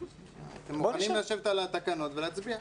‏ ‏אתם יכולים לשבת על התקנות ולהצביע.